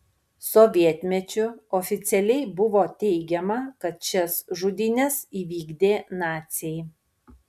sovietmečiu oficialiai buvo teigiama kad šias žudynes įvykdė naciai